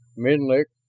menlik,